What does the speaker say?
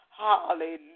Hallelujah